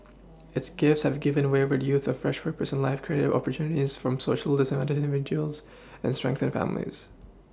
its gifts have given wayward youth fresh purpose in life created opportunities for Socially disadvantaged individuals and strengthened families